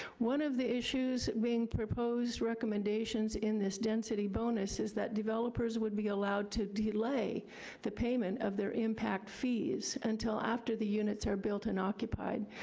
one of the issues being proposed, recommendations in this density bonus, is that developers would be allowed to delay the payment of their impact fees until after the units are built and occupied.